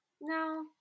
no